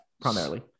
primarily